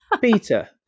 peter